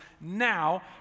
now